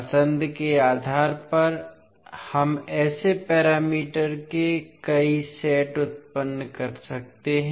पसंद के आधार पर हम ऐसे पैरामीटर के कई सेट उत्पन्न कर सकते हैं